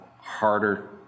harder